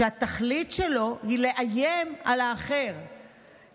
כשהתכלית שלו היא לאיים על האחר,